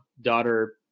daughter